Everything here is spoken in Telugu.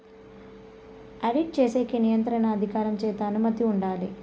ఆడిట్ చేసేకి నియంత్రణ అధికారం చేత అనుమతి ఉండాలి